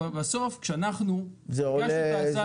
אבל בסוף כשאנחנו ביקשנו את ההצעה.